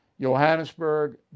Johannesburg